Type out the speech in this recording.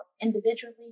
individually